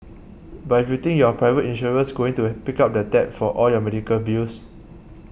but if you think your private insurer's going to pick up the tab for all your medical bills